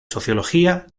sociología